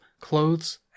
clothes